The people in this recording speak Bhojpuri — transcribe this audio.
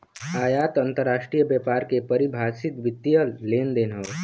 आयात अंतरराष्ट्रीय व्यापार के परिभाषित वित्तीय लेनदेन हौ